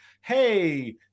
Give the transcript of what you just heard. hey